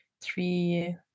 three